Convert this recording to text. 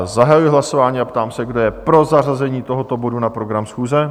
Zahajuji hlasování a ptám se, kdo je pro zařazení tohoto bodu na program schůze?